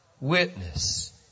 witness